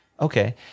okay